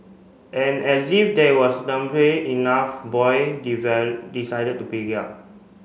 and as if that was enough Boyd decided to pick it up